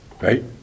Right